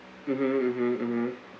mmhmm mmhmm mmhmm